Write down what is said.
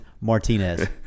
Martinez